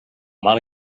mala